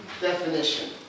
definition